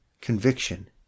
conviction